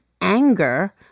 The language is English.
anger